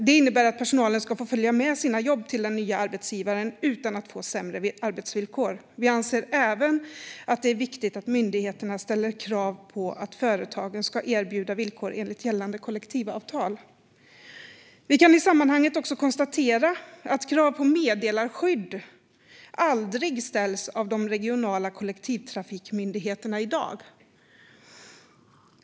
Det innebär att personalen ska få följa med sina jobb till den nya arbetsgivaren utan att få sämre arbetsvillkor. Vi anser även att det är viktigt att myndigheterna ställer krav på att företagen ska erbjuda villkor enligt gällande kollektivavtal. Vi kan i sammanhanget också konstatera att krav på meddelarskydd aldrig ställs av de regionala kollektivtrafikmyndigheterna i dag.